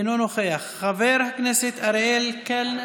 אינו נוכח, חבר הכנסת אריאל קלנר.